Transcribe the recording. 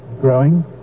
growing